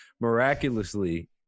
miraculously